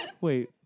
Wait